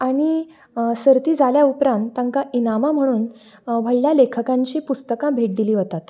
आनी सर्ती जाल्या उपरांत तांकां इनामां म्हणून व्हडल्या लेखकांची पुस्तकां भेट दिली वतात